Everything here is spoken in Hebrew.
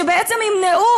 שבעצם ימנע,